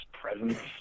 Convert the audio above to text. presence